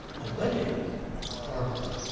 a wedding barbara.